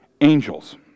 angels